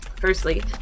firstly